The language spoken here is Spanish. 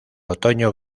otoño